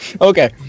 Okay